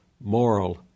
moral